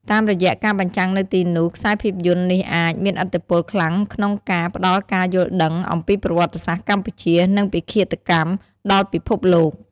តាមរយៈការបញ្ចាំងនៅទីនោះ ខ្សែភាពយន្តនេះអាច មានឥទ្ធិពលខ្លាំងក្នុងការផ្ដល់ការយល់ដឹងអំពីប្រវត្តិសាស្ត្រកម្ពុជា និងពិឃាតកម្ម ដល់ពិភពលោក។